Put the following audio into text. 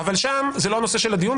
אבל שם זה לא הנושא של הדיון,